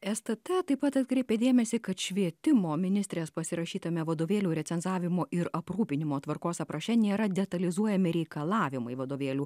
stt taip pat atkreipė dėmesį kad švietimo ministrės pasirašytame vadovėlių recenzavimo ir aprūpinimo tvarkos apraše nėra detalizuojami reikalavimai vadovėlių